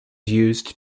used